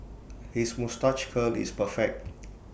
his moustache curl is perfect